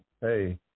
hey